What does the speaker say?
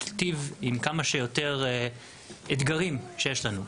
תיטיב עם כמה שיותר אתגרים שיש לנו,